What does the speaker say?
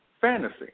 fantasy